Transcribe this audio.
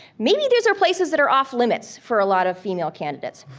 maybe these are places that are off limits for a lot of female candidates.